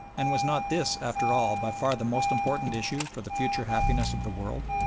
and was not this, after all, by far the most important issue for the future happiness of the world?